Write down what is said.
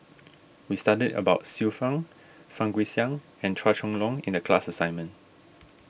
we studied about Xiu Fang Fang Guixiang and Chua Chong Long in the class assignment